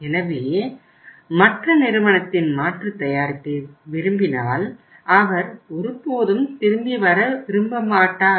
எனவே மற்ற நிறுவனத்தின் மாற்று தயாரிப்பை விரும்பினால்அவர் ஒருபோதும் திரும்பி வரவிரும்ப மாட்டார்